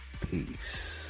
Peace